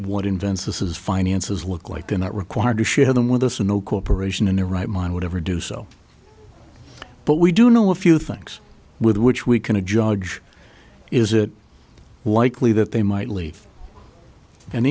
what invensys is finances look like they're not required to share them with us and no corporation in their right mind would ever do so but we do know a few things with which we can a judge is it likely that they might leave and